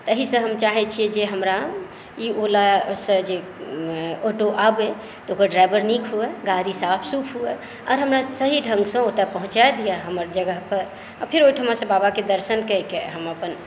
तऽ एहिसँ हम चाहै छियै जे हमरा ई ओलासँ जे ऑटो आबै तऽ ओकर ड्राइवर नीक होइ गाड़ी साफ सुथरा हुए आर हमरा सही ढंगसँ ओतय पहुंचाए दिए हमर जगह पर आ फेर ओहिठमासँ बाबाके दर्शन कए कऽ हम अपन